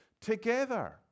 together